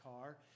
car